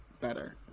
better